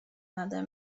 nade